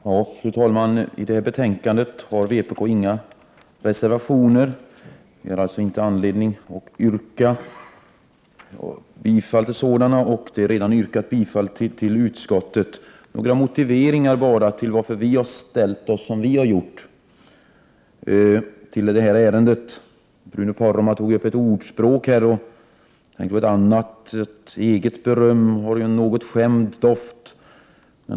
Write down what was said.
Fru talman! Till detta betänkande har vpk inte fogat några reservationer. Vi har därför inga reservationer att yrka bifall till, och det har redan framställts yrkande om bifall till utskottets hemställan. Jag vill bara i korthet motivera vårt ställningstagande i detta ärende. Bruno Poromaa erinrade här om ett ordspråk. Ett annat ordspråk är: Eget beröm har en något skämd doft.